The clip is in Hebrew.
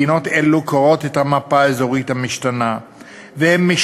מדינות אלה קוראות את המפה האזורית המשתנה ומשוועות